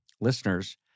listeners